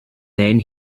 then